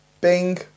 Bing